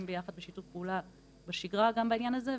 ביחד בשיתוף פעולה בשגרה גם בעניין הזה,